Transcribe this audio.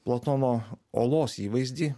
platono olos įvaizdį